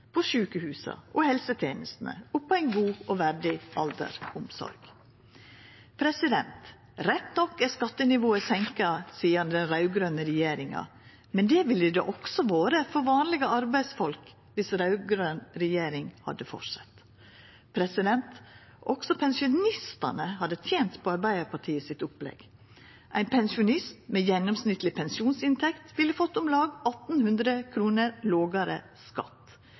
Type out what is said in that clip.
på sjukehusa, på helsetenestene og på ei god og verdig aldersomsorg. Rett nok er skattenivået senka sidan den raud-grøne regjeringa, men det ville det også vore for vanlege arbeidsfolk dersom raud-grøn regjering hadde fortsett. Også pensjonistane hadde tent på Arbeidarpartiets opplegg. Ein pensjonist med gjennomsnittleg pensjonsinntekt ville fått om lag 1 800 kr lågare skatt.